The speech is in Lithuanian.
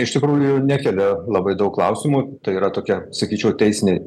iš tikrųjų nekelia labai daug klausimų tai yra tokia sakyčiau teisinė